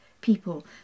people